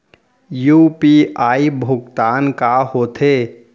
UPI भुगतान का होथे?